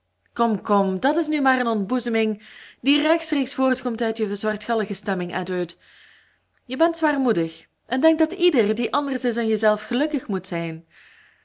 kom kom dat is nu maar een ontboezeming die rechtstreeks voortkomt uit je zwartgallige stemming edward je bent zwaarmoedig en denkt dat ieder die anders is dan jezelf gelukkig moet zijn